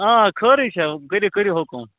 آ خٲرٕے چھا کٔرَو کٔرِو حُکُم